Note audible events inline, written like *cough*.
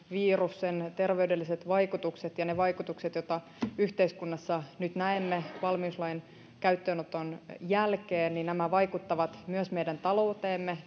sen terveydelliset vaikutukset ja ne vaikutukset joita yhteiskunnassa nyt näemme valmiuslain käyttöönoton jälkeen vaikuttavat myös meidän talouteemme *unintelligible*